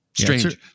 Strange